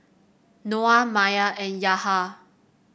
Noah Maya and Yahya